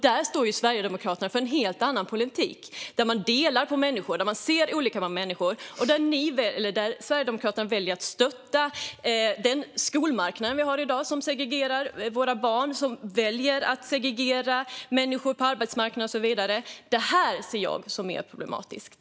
Där står Sverigedemokraterna för en helt annan politik, där man delar på människor och ser olika på människor. Sverigedemokraterna väljer att stötta den skolmarknad vi har i dag, som segregerar våra barn. Man väljer att segregera människor på arbetsmarknaden och så vidare. Det ser jag som mer problematiskt.